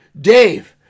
dave